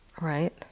right